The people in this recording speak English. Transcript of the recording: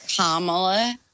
Kamala